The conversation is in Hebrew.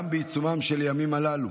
גם בעיצומם של הימים הללו,